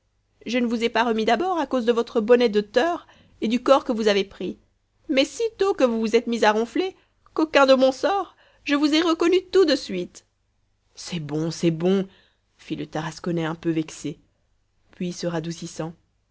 je ne vous ai pas remis d'abord à cause de votre bonnet de teur et du corps que vous avez pris mais sitôt que vous vous êtes mis à ronfler coquin de bon sort je vous ai reconnu tout de suite c'est bon c'est bon fit le tarasconnais un peu vexé puis se radoucissant